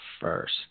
first